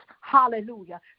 Hallelujah